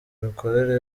imikorere